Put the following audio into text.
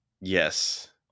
Yes